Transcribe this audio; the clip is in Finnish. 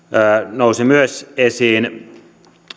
nousivat myös esiin